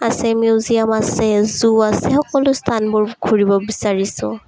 আছে মিউজিয়াম আছে জু আছে সকলো স্থানবোৰ ঘূৰিব বিচাৰিছোঁ